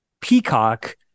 Peacock